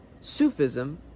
Sufism